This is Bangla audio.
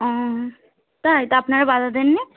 ও তাই তা আপনারা বাধা দেন নি